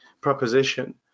proposition